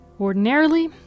Ordinarily